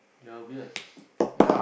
you're weird